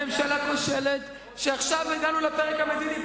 ממשלה כושלת, ועכשיו הגענו לפרק המדיני.